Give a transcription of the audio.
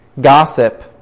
Gossip